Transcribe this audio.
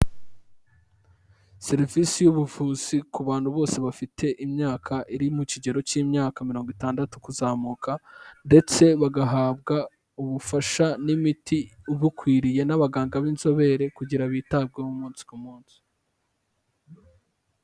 Serivisi y'ubuvuzi ku bantu bose bafite imyaka iri mu kigero cy'imyaka mirongo itandatu kuzamuka ndetse bagahabwa ubufasha n'imiti bukwiriye n'abaganga b'inzobere kugira bitabweho umunsi ku munsi.